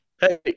Hey